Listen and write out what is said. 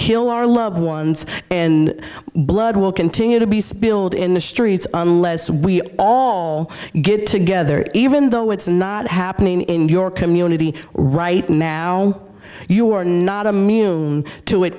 kill our loved ones and blood will continue to be spilled in the streets unless we all get together even though it's not happening in your community right now you were not amused to it